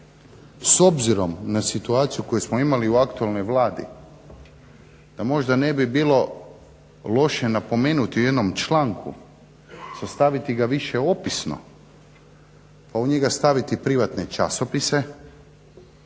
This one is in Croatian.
s obzirom na situaciju koju smo imali u aktualnoj Vladi da možda ne bi bilo loše napomenuti u jednom članku i sastaviti ga više opisno pa u njega staviti privatne časopise,